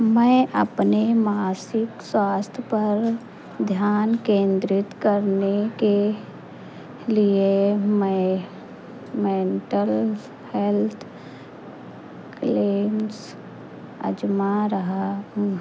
मैं अपने मासिक स्वास्थ्य पर ध्यान केंद्रित करने के लिए मेंटल हेल्थ क्लेम्स अजमा रहा हूँ